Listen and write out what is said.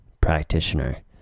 practitioner